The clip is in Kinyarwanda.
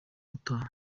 utaha